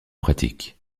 pratique